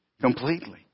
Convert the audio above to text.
Completely